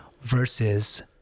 versus